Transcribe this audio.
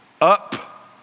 up